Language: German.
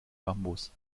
bambus